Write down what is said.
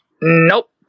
Nope